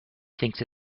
thinks